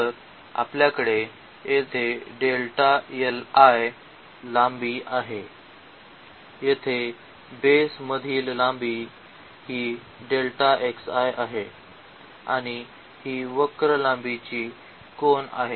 तर आपल्याकडे येथे लांबी आहे येथे बेस मधील लांबी ही आहे आणि ही वक्र लांबीची कोन आहे